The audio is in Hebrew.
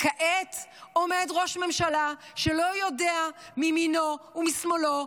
כעת עומד ראש ממשלה שלא יודע מימינו ומשמאלו,